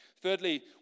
Thirdly